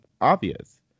obvious